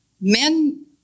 men